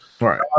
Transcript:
Right